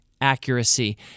accuracy